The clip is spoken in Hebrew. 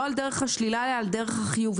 לא על דרך השלילה אלא על דרך החיוב.